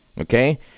Okay